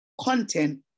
content